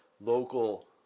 local